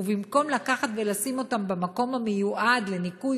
ובמקום לקחת ולשים אותם במקום המיועד לניקוי